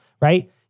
right